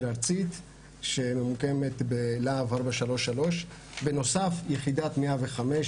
ארצית שממוקמת בלהב 433. בנוסף יחידת 105,